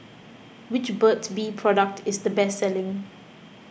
which Burt's Bee product is the best selling